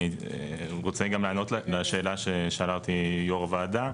אני רוצה גם לענות לשאלה ששאלה אותי יו"ר הוועדה,